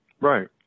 Right